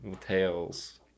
Tails